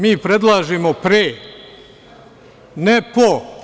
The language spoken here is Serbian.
Mi predlažemo: "pre", ne "po"